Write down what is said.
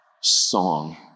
song